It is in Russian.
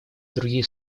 другие